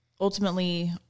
ultimately